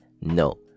no